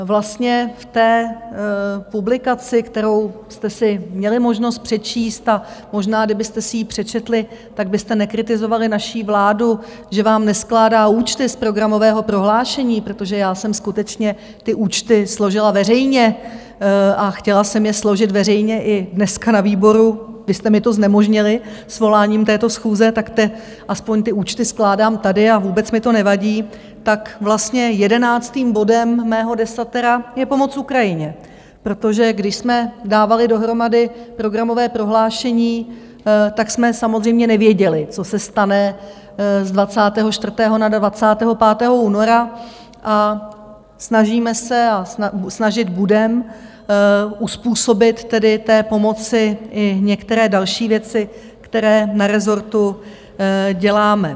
Vlastně v té publikaci, kterou jste si měli možnost přečíst, a možná, kdybyste si ji přečetli, tak byste nekritizovali naši vládu, že vám neskládá účty z programového prohlášení, protože já jsem skutečně ty účty složila veřejně a chtěla jsem je složit veřejně i dnes na výboru, vy jste mi to znemožnili svoláním této schůze, tak aspoň ty účty skládám tady a vůbec mi to nevadí, tak vlastně jedenáctým bodem mého desatera je pomoc Ukrajině, protože když jsme dávali dohromady programové prohlášení, tak jsme samozřejmě nevěděli, co se stane z 24. na 25. února, a snažíme se a snažit budeme uzpůsobit té pomoci i některé další věci, které na rezortu děláme.